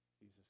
Jesus